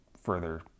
further